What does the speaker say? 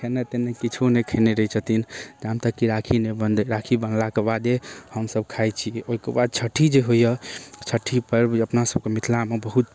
खेनाइ तेनाय किछो नहि खेने रहै छथिन यहाँ तक कि राखी नहि बन्ध राखी बन्हलाक बादे हमसब खाइ छी ओहिके बाद छट्ठी जे होइया छट्ठी पर्ब अपना सबके मिथलामे बहुत